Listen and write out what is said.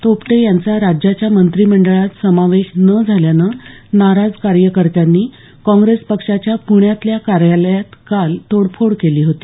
थोपटे यांचा राज्याच्या मंत्रीमंडळात समावेश न झाल्यानं नाराज कार्यकत्यांनी कॉग्रेस पक्षाच्या पुण्यातल्या कार्यालयात काल तोडफोड केली होती